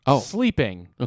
sleeping